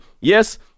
Yes